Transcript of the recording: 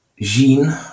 Jean